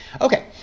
Okay